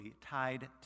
tied